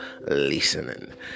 listening